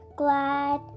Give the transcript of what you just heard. glad